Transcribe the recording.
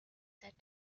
said